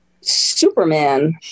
superman